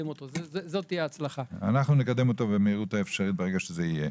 אנחנו נקדם אותו במהירות האפשרית, ברגע שזה יהיה.